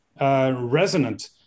resonant